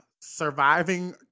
surviving